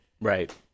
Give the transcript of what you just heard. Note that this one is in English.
Right